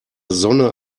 sonne